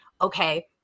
okay